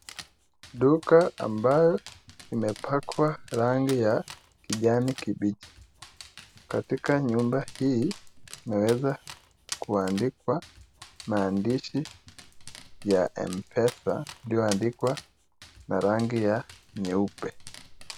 Duka ambayo imepakwa rangi ya kijani kibichi . Katika nyumba hii imeeza kuandikwa maandishi ya mpesa iliyoandikwa na rangi ya nyeupe .